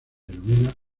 denomina